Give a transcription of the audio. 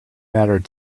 mattered